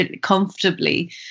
comfortably